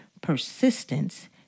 persistence